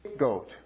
goat